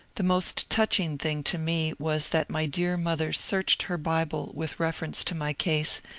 the most touching thing to me was that my dear mother searched her bible with reference to my case,